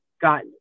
got